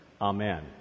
Amen